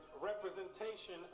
representation